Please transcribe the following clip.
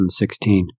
2016